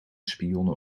spionnen